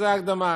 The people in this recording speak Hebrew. זו הקדמה.